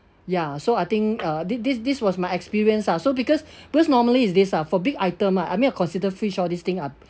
ya so I think uh this this this was my experience ah so because because normally it's this ah for big item ah I mean I consider fridge all this thing ah